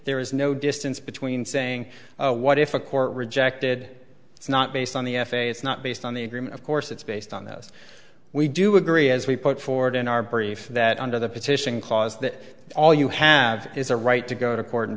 there is no distance between saying what if a court rejected it's not based on the f a it's not based on the agreement of course it's based on those we do agree as we put forward in our brief that under the petition clause that all you have is a right to go to court and